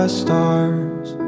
stars